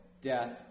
death